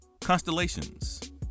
Constellations